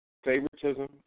Favoritism